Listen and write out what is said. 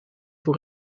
voor